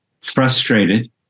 frustrated